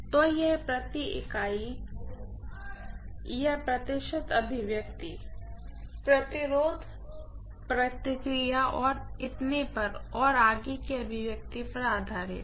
तो यह पर यूनिट या प्रतिशत अभिव्यक्ति प्रतिरोध प्रतिक्रिया और इतने पर और आगे की अभिव्यक्ति पर आधारित है